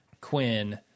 Quinn